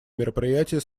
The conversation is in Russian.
мероприятие